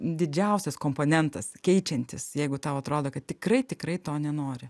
didžiausias komponentas keičiantis jeigu tau atrodo kad tikrai tikrai to nenori